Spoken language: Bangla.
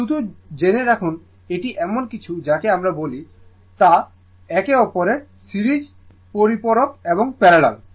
শুধু জেনে রাখুন এটি এমন কিছু যাকে আমরা বলি যা একে অপরের সিরিজের পরিপূরক এবং প্যারালাল